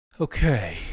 Okay